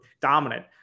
dominant